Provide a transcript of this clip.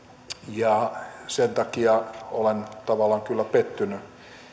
ja sen takia olen tavallaan kyllä pettynyt